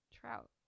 Trout